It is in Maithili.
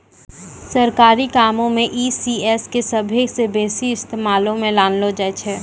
सरकारी कामो मे ई.सी.एस के सभ्भे से बेसी इस्तेमालो मे लानलो जाय छै